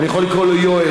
אני יכול לקרוא לו יואל.